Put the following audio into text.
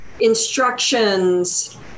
instructions